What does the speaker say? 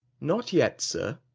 not yet, sir.